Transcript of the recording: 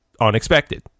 unexpected